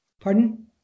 Pardon